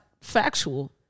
factual